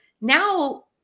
now